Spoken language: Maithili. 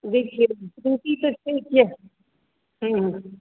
देखियौ त्रुटि तऽ छैके हम्म हम्म